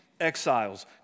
exiles